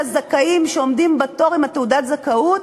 לזכאים שעומדים בתור עם תעודת הזכאות.